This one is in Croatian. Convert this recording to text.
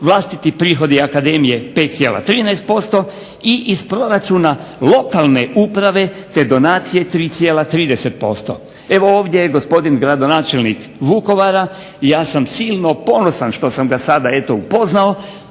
vlastiti prihodi Akademije 5,13% i iz proračuna lokalne uprave te donacije 3,30%. Evo ovdje je gospodin gradonačelnik Vukovara i ja sam silno ponosan što sam ga sada eto upoznao,